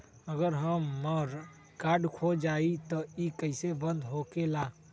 अगर हमर कार्ड खो जाई त इ कईसे बंद होकेला?